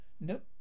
nope